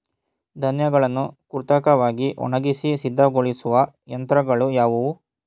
ಧಾನ್ಯಗಳನ್ನು ಕೃತಕವಾಗಿ ಒಣಗಿಸಿ ಸಿದ್ದಗೊಳಿಸುವ ಯಂತ್ರಗಳು ಯಾವುವು?